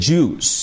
Jews